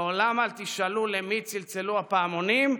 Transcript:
לעולם אל תשאלו למי צלצלו הפעמונים,